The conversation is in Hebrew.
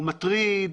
הוא מטריד,